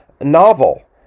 novel